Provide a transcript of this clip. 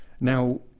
Now